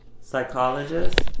psychologist